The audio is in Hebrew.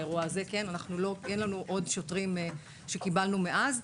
אין לנו עוד שוטרים שקיבלנו מאז.